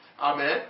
Amen